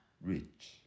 Rich